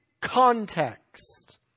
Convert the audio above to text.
context